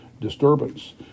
disturbance